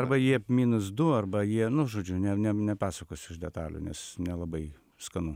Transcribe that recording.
arba jie minus du arba jie nu žodžiu ne ne nepasakosiu detalių nes nelabai skanu